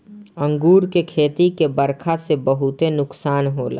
अंगूर के खेती के बरखा से बहुते नुकसान होला